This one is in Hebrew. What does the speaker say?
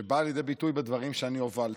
שבאה לידי ביטוי בדברים שאני הובלתי.